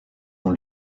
ont